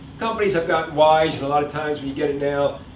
companies have gotten wise, and a lot of times, when you get it now,